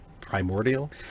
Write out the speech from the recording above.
primordial